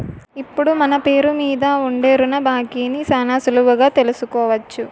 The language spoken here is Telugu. ఇప్పుడు మన పేరు మీద ఉండే రుణ బాకీని శానా సులువుగా తెలుసుకోవచ్చు